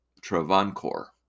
Travancore